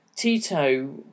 Tito